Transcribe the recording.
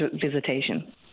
visitation